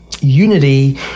unity